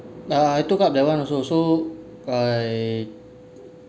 uh I took up that one also so I